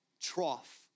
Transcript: trough